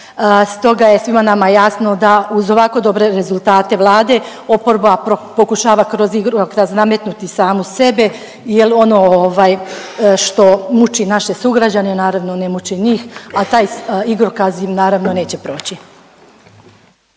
Stoga je svima nama jasno da uz ovako dobre rezultate vlade oporba pokušava kroz igrokaz nametnuti samu sebi jel ono ovaj što muči naše sugrađane, naravno ne muči njih, a taj igrokaz im naravno neće proći.